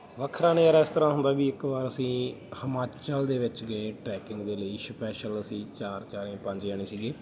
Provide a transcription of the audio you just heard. ਵੱਖਰਾ ਨਜ਼ਾਰਾ ਇਸ ਤਰ੍ਹਾਂ ਹੁੰਦਾ ਵੀ ਇੱਕ ਵਾਰ ਅਸੀਂ ਹਿਮਾਚਲ ਦੇ ਵਿੱਚ ਗਏ ਟਰੈਕਿੰਗ ਦੇ ਲਈ ਸ਼ਪੈਸ਼ਲ ਅਸੀਂ ਚਾਰ ਜਣੇ ਪੰਜ ਜਣੇ ਸੀਗੇ